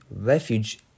refuge